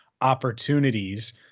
opportunities